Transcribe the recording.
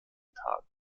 tagen